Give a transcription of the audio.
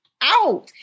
out